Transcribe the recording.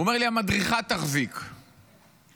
הוא אומר לי: המדריכה תחזיק תנ"ך.